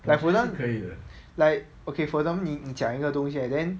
like for exam~ like okay for example 你你讲一个东西 then